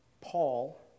Paul